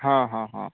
ହଁ ହଁ ହଁ